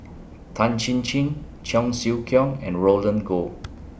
Tan Chin Chin Cheong Siew Keong and Roland Goh